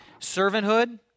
Servanthood